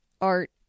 art